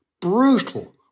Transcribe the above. brutal